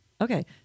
okay